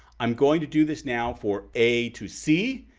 i'm going to do this now for a to c.